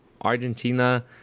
Argentina